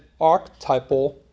archetypal